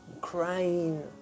crying